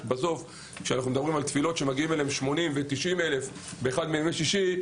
אנחנו מדברים על תפילות שמגיעים אליהן 80,000-90,000 באחד מימי שישי,